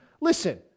listen